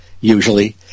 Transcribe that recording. usually